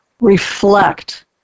reflect